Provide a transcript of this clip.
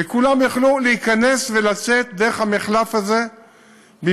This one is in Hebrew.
וכולם יוכלו להיכנס ולצאת דרך המחלף הזה במקום